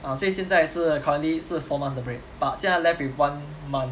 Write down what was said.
ah 所以现在是 currently 是 four months 的 break but 现在 left with one month